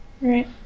Right